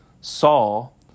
Saul